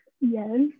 yes